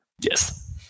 Yes